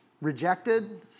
rejected